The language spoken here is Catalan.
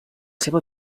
seva